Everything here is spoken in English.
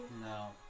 No